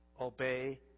Obey